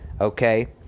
okay